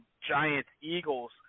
Giants-Eagles